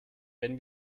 wenn